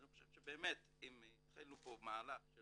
אז אני חושב שבאמת אם יתחילו פה מהלך של